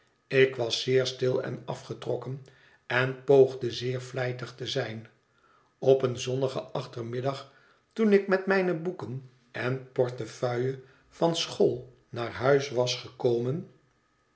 ik was zeer stil en afgetrokken en poogde zeer vlijtig te zijn op een zonnigen achtermiddag toen ik met mijne boeken en portefeuille van school naar huis was gekomen